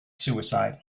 suicide